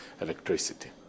electricity